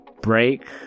break